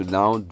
now